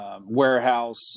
Warehouse